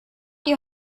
die